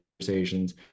conversations